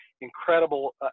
incredible